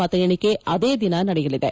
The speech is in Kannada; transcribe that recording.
ಮತ ಎಣಿಕೆ ಅದೇ ದಿನ ನಡೆಯಲಿದೆ